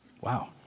Wow